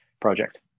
project